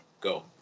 go